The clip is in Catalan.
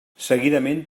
seguidament